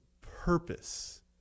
purpose